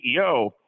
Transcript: CEO